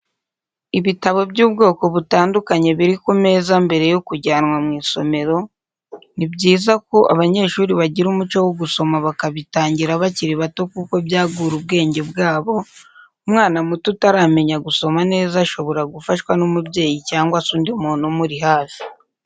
Ibitabo by'ubwoko butandukanye biri ku meza mbere yo kujyanwa mw'isomero, ni byiza ko abanyeshuri bagira umuco wo gusoma bakabitangira bakiri bato kuko byagura ubwenge bwabo, umwana muto utaramenya gusoma neza shobora gufashwa n'umubyeyi cyangwa se undi muntu umuri hafi.